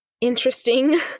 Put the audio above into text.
interesting